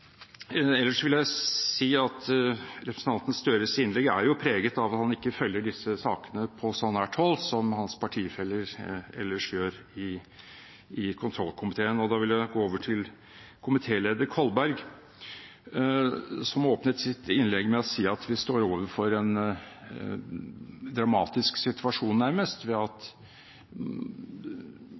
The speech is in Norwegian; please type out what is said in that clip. Ellers vil jeg si at representanten Støres innlegg er preget av at han ikke følger disse sakene på så nært hold som hans partifeller ellers gjør i kontroll- og konstitusjonskomiteen. Jeg vil gå over til komitéleder Kolberg, som åpnet sitt innlegg med å si at vi står overfor en nærmest dramatisk situasjon,